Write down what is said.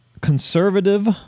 conservative